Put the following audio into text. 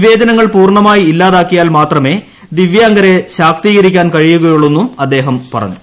വിവേചനങ്ങൾ പൂർണ്ണമായി ഇല്ലാതാക്കിയാൽ മാത്രമേ ദിവ്യാംഗരെ ശാക്തീകരിക്കാൻ കഴിയുകയുള്ളൂവെന്നും അദ്ദേഹം പറഞ്ഞു